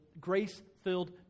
grace-filled